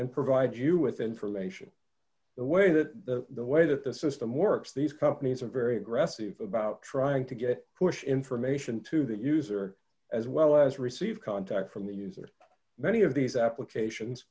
and provide you with information the way that the way that the system works these companies are very aggressive about trying to get push information to the user as well as receive contact from the user many of these applications